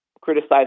criticize